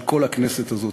כל הכנסת הזאת,